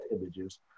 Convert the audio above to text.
images